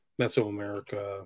Mesoamerica